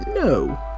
no